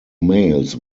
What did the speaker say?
males